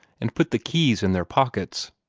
and put the keys in their pockets.